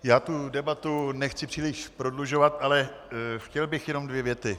Já tu debatu nechci příliš prodlužovat, ale chtěl bych jenom dvě věty.